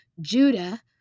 Judah